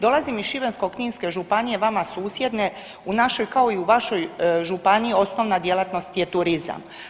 Dolazim iz Šibensko-kninske županije, vama susjedne, u našoj, kao i u vašoj županiji osnovna djelatnost je turizam.